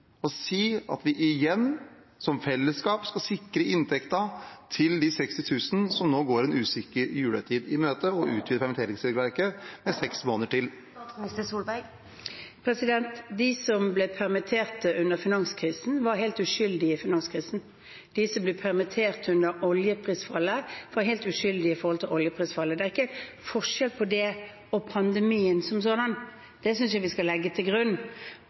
og si at vi igjen – som fellesskap – skal sikre inntekten til de 60 000 som nå går en usikker julehøytid i møte, og utvide permitteringsregelverket med seks måneder til? De som ble permittert under finanskrisen, var helt uskyldige i finanskrisen. De som ble permittert under oljeprisfallet, var helt uskyldige i oljeprisfallet. Det er ikke forskjell på det og pandemien som sådan – det synes jeg vi skal legge til grunn.